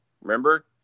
Remember